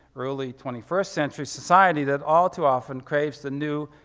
early twenty first century society that all too often craves the new,